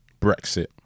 Brexit